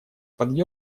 под